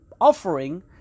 offering